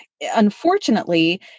unfortunately